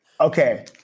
Okay